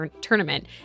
tournament